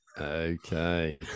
okay